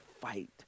fight